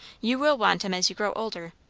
you will want em as you grow older.